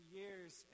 years